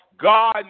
God